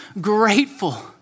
grateful